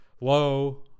low